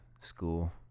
school